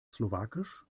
slowakisch